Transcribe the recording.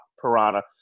piranha